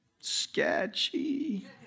Sketchy